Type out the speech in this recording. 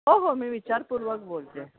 हो हो मी विचारपूर्वक बोलते